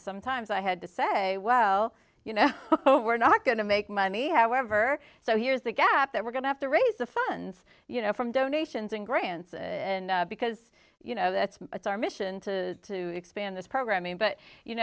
sometimes i had to say well you know we're not going to make money however so here's the gap that we're going to have to raise the funds you know from donations and grants and because you know that's it's our mission to expand this programming but you